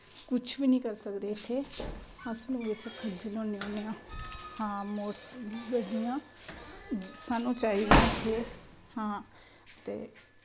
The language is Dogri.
कुश बी करी सकदे इत्थे अस लोक इत्थें खज्जल होन्ने होन्ने आं हां गड्डियां स्हानू चाही दियां हां ते